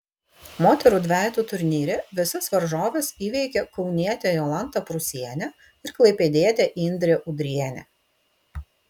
moterų dvejetų turnyre visas varžoves įveikė kaunietė jolanta prūsienė ir klaipėdietė indrė udrienė